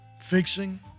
fixing